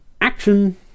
action